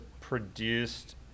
produced